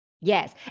Yes